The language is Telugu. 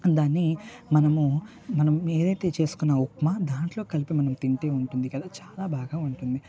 దాన్ని మనము మనం ఏదైతే చేసుకున్నామో ఉప్మా దాంట్లో కలిపి తింటే ఉంటుంది కదా చాలా బాగా ఉంటుంది